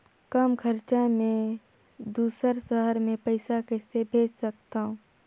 कम खरचा मे दुसर शहर मे पईसा कइसे भेज सकथव?